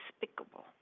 despicable